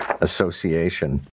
Association